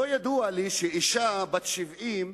לא ידוע לי שאשה בת 70,